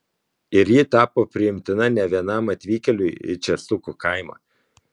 ir ji tapo priimtina ne vienam atvykėliui į česukų kaimą